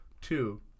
Two